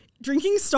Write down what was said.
drinking